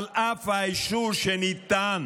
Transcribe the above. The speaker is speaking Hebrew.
על אף האישור שניתן